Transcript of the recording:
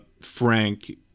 Frank